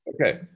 Okay